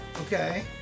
Okay